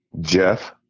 Jeff